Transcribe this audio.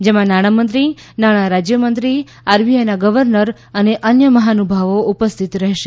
જેમાં નાણામંત્રી નાણા રાજ્યમંત્રી આરબીઆઈના ગવર્નર અને અન્ય મહાનુભાવો ઉપસ્થિત રહેશે